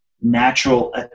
natural